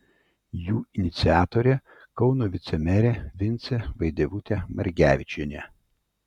jų iniciatorė kauno vicemerė vincė vaidevutė margevičienė